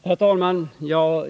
Herr talman!